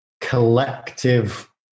collective